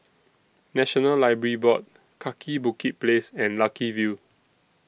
National Library Board Kaki Bukit Place and Lucky View